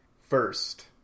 First